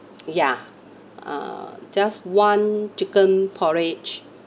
ya uh just one chicken porridge